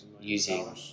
using